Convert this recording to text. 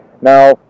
Now